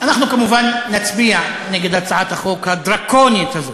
אנחנו כמובן נצביע נגד הצעת החוק הדרקונית הזאת.